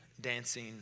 dancing